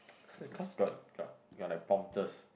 cause cause got got got like prompters